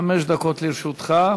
חמש דקות לרשותך.